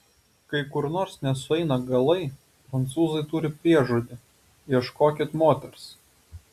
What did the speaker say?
kai kur nors nesueina galai prancūzai turi priežodį ieškokit moters